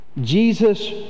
Jesus